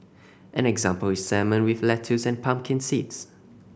an example is salmon with lettuce and pumpkin seeds